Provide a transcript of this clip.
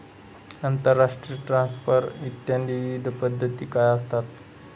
आंतरराष्ट्रीय ट्रान्सफर इत्यादी विविध पद्धती काय असतात?